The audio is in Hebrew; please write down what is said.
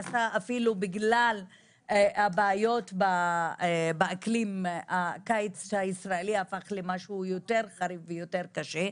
ובגלל הבעיות באקלים הקיץ הישראלי הפך למשהו יותר חריף ויותר קשה,